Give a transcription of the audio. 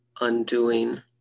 undoing